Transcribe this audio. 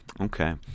Okay